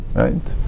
right